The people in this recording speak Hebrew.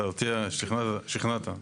שכנעת.